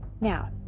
Now